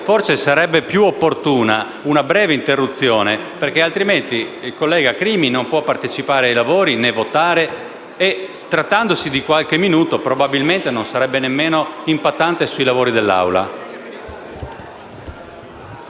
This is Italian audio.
forse sarebbe più opportuna una breve interruzione, altrimenti il collega Crimi non potrà partecipare ai lavori né votare. Trattandosi di qualche minuto probabilmente non sarebbe neanche impattante sui lavori dell'Aula.